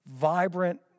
vibrant